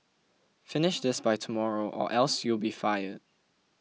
finish this by tomorrow or else you'll be fired